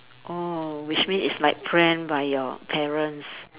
oh which means it's like planned by your parents